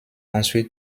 ensuite